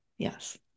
Yes